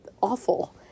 awful